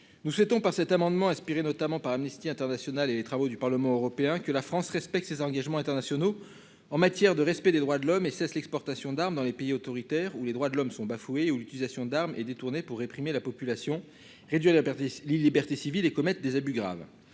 Nous souhaitons par cet amendement. Inspiré notamment par Amnesty International et les travaux du Parlement européen que la France respecte ses engagements internationaux en matière de respect des droits de l'homme et cesse l'exportation d'armes dans les pays autoritaires ou les droits de l'homme sont bafoués ou l'utilisation d'armes et détourné pour réprimer la population réduire à la perte des libertés civiles et commettre des abus graves.